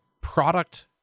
product